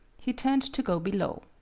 he turned to go below.